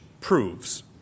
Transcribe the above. proves